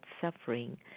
suffering